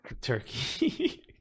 Turkey